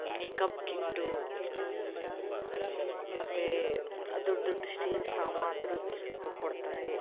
makeup kit ಮತ್ತು ದೊಡ್ಡ ದೊಡ್ಡ ಸ್ಟೀಲ್ ಸಾಮಾನು ಗಿಫ್ಟು ಕೊಡ್ತಾರೆ